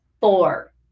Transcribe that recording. Four